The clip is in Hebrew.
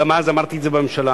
גם אז אמרתי את זה בממשלה.